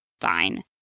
Fine